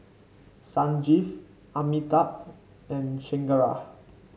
Sanjeev Amitabh and Chengara